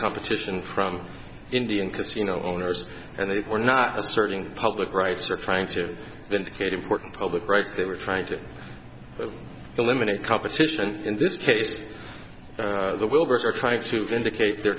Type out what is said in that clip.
competition from indian casino owners and they are not asserting public rights or trying to vindicate important public rights they were trying to eliminate competition in this case the wilbur's are trying to vindicate their